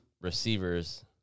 receivers